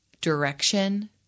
direction